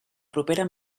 propera